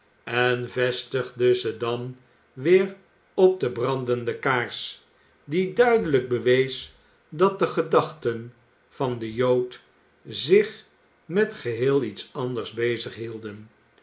en vestigde ze dan weer op de brandende kaars die duidelijk bewees dat de gedachten van den jood zich met geheel iets anders bezig hielden